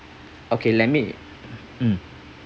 okay let me mm